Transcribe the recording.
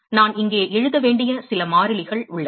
நான் இங்கே எழுத வேண்டிய சில மாறிலிகள் உள்ளன